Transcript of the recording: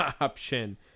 option